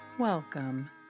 Welcome